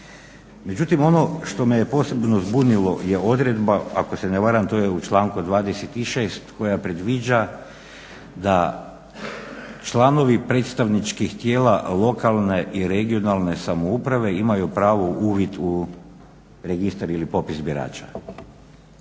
Međutim, ono što me je posebno zbunilo je odredba, ako se ne varam, to je u članku 26. koja predviđa: "Da članovi predstavničkih tijela lokalne i regionalne samouprave imaju pravo uvida u registar ili popis birača."